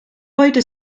heute